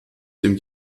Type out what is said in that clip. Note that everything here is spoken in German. dem